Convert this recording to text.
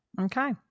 Okay